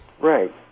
Right